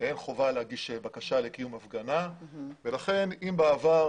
אין חובה להגיש בקשה לקיום הפגנה ולכן אם בעבר